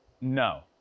No